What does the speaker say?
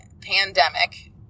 pandemic